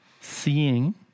Seeing